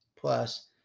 plus